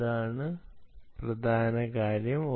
അതാണ് പ്രധാന കാര്യം